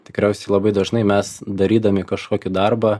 tikriausiai labai dažnai mes darydami kažkokį darbą